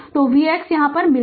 तो vx मिल गया